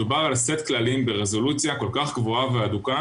מדובר על סט כללים ברזולוציה כל כך גבוהה והדוקה